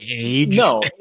no